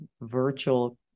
virtual